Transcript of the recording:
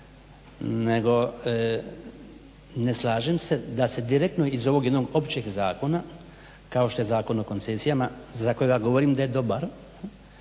nego ne slažem se da se direktno iz ovog jednog općeg zakona kao što je Zakon o koncesijama za kojeg ja govorim da je dobar,